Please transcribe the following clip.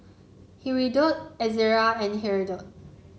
Hirudoid Ezerra and Hirudoid